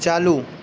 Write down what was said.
چالو